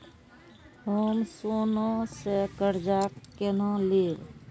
हम सोना से कर्जा केना लैब?